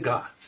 God